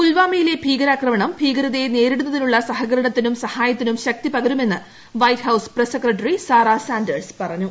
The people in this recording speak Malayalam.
പുൽവാമയിലെ ഭീകരാക്രമണം ഭീകരതയെ നേരിടുന്നതിനുള്ള സഹകരണത്തിനും സ്പ്റായത്തിനും ശക്തി പകരുമെന്ന് വൈറ്റ് ഹൌസ് പ്രസ് സ്പ്രക്ഷട്ടറ്റി ്സാറാ സാന്റേഴ്സ് പറഞ്ഞു